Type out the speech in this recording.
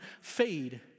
fade